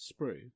Sprue